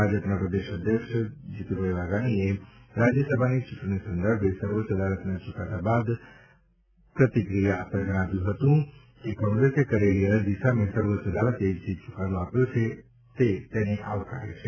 ભાજપના પ્રદેશ અધ્યક્ષ શ્રી જીતુભાઇ વાઘાણીએ રાજ્યસભાની ચૂંટણી સંદર્ભે સર્વોચ્ચ અદાલતના ચુકાદા બાદ પ્રતિક્રિયા આપતાં જણાવ્યું હતું કે કોંગ્રેસે કરેલી અરજી સામે સર્વોચ્ચ અદાલતે જે ચુકાદો આપ્યો છે તેને આવકારે છે